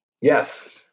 Yes